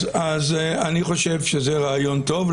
אז אני חושב שזה רעיון טוב,